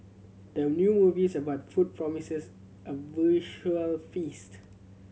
the new movies about food promises a visual feast